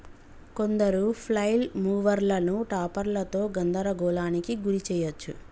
కొందరు ఫ్లైల్ మూవర్లను టాపర్లతో గందరగోళానికి గురి చేయచ్చు